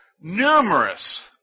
numerous